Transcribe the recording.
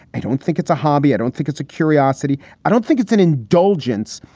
i don't think it's a hobby. i don't think it's a curiosity. i don't think it's an indulgence.